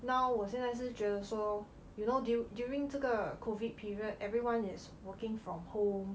now 我现在是觉得说 you know du~ during 这个 COVID period everyone is working from home